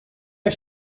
are